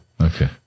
okay